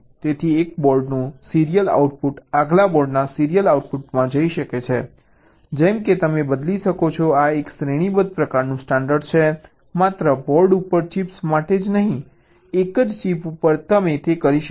તેથી એક બોર્ડનું સીરીયલ આઉટપુટ આગલા બોર્ડના સીરીયલ આઉટપુટમાં જઈ શકે છે જેમ કે તમે બદલી શકો છો આ એક શ્રેણીબદ્ધ પ્રકારનું સ્ટાન્ડર્ડ્સ છે માત્ર બોર્ડ ઉપરની ચિપ્સ માટે જ નહીં એક જ ચિપ ઉપર તમે તે કરી શકો છો